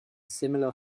similar